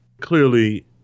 clearly